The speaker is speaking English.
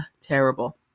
terrible